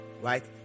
Right